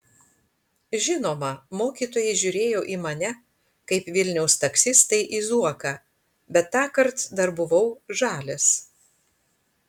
žinoma mokytojai žiūrėjo į mane kaip vilniaus taksistai į zuoką bet tąkart dar buvau žalias